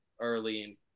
early